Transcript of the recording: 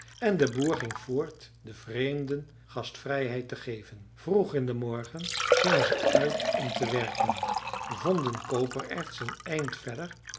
en de boer ging voort den vreemden gastvrijheid te geven vroeg in den morgen gingen ze uit om te werken vonden kopererts een eind verder